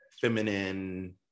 feminine